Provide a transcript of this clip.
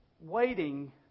waiting